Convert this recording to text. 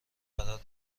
قرار